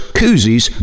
koozies